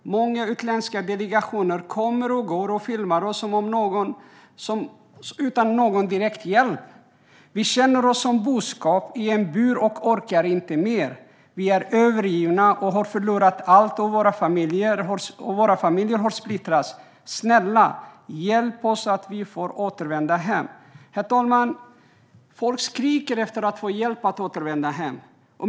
Många utländska delegationer kommer och går och filmar oss utan någon direkt hjälp. Vi känner oss som boskap i en bur och orkar inte mer. Vi är övergivna och har förlorat allt, och våra familjer har splittrats. Snälla hjälp oss så att vi får återvända hem! Herr talman! Folk skriker efter hjälp att återvända hem.